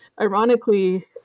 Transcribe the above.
Ironically